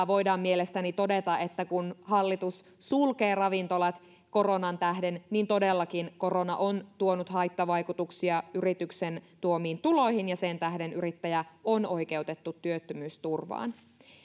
voidaan mielestäni todeta että kun hallitus sulkee ravintolat koronan tähden niin todellakin korona on tuonut haittavaikutuksia yrityksen tuomiin tuloihin ja sen tähden yrittäjä on oikeutettu työttömyysturvaan